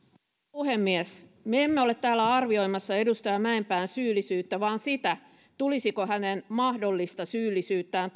puhemies me emme ole täällä arvioimassa edustaja mäenpään syyllisyyttä vaan sitä tulisiko hänen mahdollista syyllisyyttään